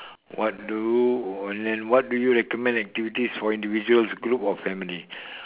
what do and then what do you recommend activities for individuals group or family